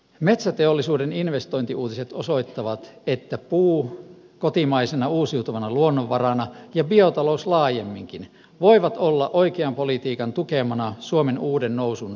metsäteollisuuden investointiuutiset osoittavat että puu kotimaisena uusiutuvana luonnonvarana ja biotalous laajemminkin voivat olla oikean politiikan tukemana suomen uuden nousun tukipilareita